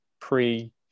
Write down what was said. pre